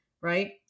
right